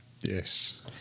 Yes